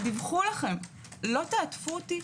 דיווחו לכם לא תעטפו אותי?